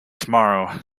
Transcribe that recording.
tomorrow